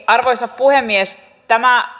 arvoisa puhemies tämä